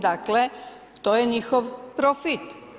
Dakle, to je njihov profit.